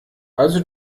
also